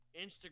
Instagram